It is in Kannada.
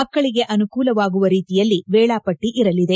ಮಕ್ಕಳಿಗೆ ಅನುಕೂಲವಾಗುವ ರೀತಿಯಲ್ಲಿ ವೇಳಾಪಟ್ಟಿ ಇರಲಿದೆ